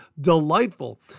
delightful